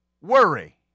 worry